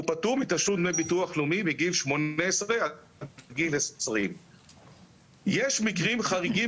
הוא פטור מתשלום דמי ביטוח לאומי מגיל 18 עד גיל 20. יש מקרים חריגים